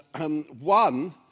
one